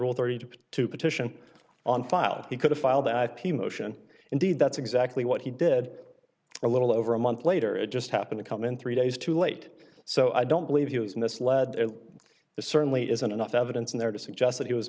rule thirty two to petition on file he could file the ip motion indeed that's exactly what he did a little over a month later it just happened to come in three days too late so i don't believe he was misled this certainly isn't enough evidence in there to suggest that he